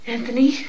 Anthony